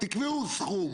תקבעו סכום